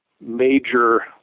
major